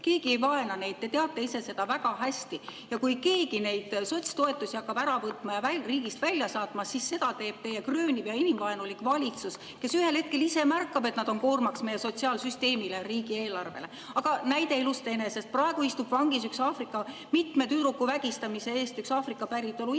Keegi ei vaena neid, te teate ise seda väga hästi. Kui keegi neilt sotsiaaltoetusi hakkab ära võtma ja neid riigist välja saatma, siis seda teeb teie krööniv ja inimvaenulik valitsus, kes ühel hetkel ise märkab, et nad on koormaks meie sotsiaalsüsteemile ja riigieelarvele. Näide elust enesest: praegu istub vangis mitme tüdruku vägistamise eest üks Aafrika päritolu immigrant,